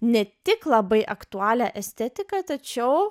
ne tik labai aktualią estetiką tačiau